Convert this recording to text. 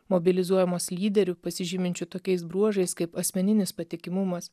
mobilizuojamos lyderių pasižyminčių tokiais bruožais kaip asmeninis patikimumas